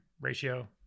ratio